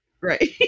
Right